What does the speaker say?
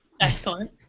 Excellent